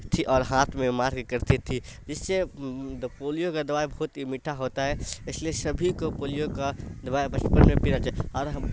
تھی اور ہاتھ میں مارک کرتی تھی جس سے پولیو کا دوائی بہت ہی میٹھا ہوتا ہے اس لیے سبھی کو پولیو کا دوائی بچپن میں پینا چاہیے اور ہم